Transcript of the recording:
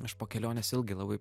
aš po kelionės ilgai labai